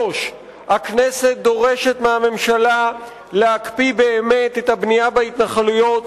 3. הכנסת דורשת מהממשלה להקפיא באמת את הבנייה בהתנחלויות,